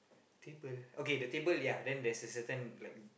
table okay the table ya then there's a certain like